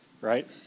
right